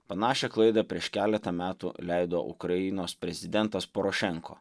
panašią klaidą prieš keletą metų leido ukrainos prezidentas porošenko